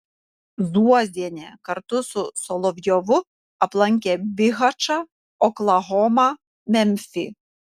zuozienė kartu su solovjovu aplankė bihačą oklahomą memfį